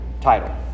title